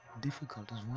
difficulties